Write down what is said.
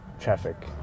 traffic